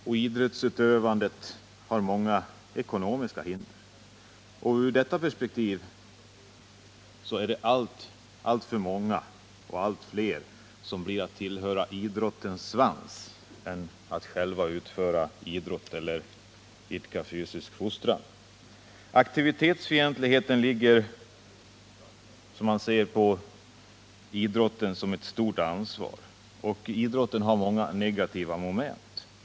Det finns också många ekonomiska hinder för idrottsutövandet. Sett ur detta perspektiv är det alltför många — och det blir allt fler — som hellre vill tillhöra ”idrottens svans” än själva utföra idrott eller idka fysisk fostran. Aktivitetsfientligheten ligger även i själva synen på idrotten, som har ett stort ansvar, och idrotten har dessutom många negativa moment.